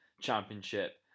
Championship